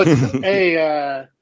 hey